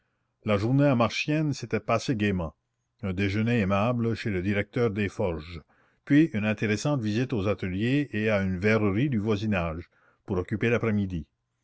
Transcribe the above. la journée à marchiennes s'était passée gaiement un déjeuner aimable chez le directeur des forges puis une intéressante visite aux ateliers et à une verrerie du voisinage pour occuper l'après-midi